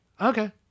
okay